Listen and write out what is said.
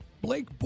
Blake